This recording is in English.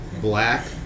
black